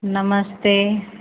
नमस्ते